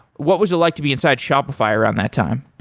what was it like to be inside shopify around that time?